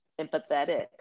empathetic